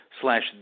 Slash